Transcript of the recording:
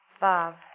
Bob